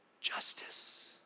justice